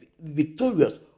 victorious